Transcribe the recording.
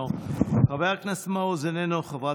איננו,